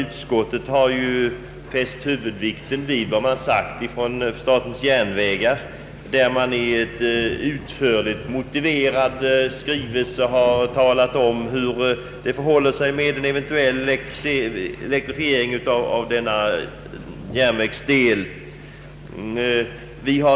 Utskottet har vid bedömningen av denna fråga fäst huvudvikten vid vad statens järnvägar anfört i en utförligt motiverad skrivelse till utskottet där man redogjort för förutsättningarna för en eventuell elektrifiering.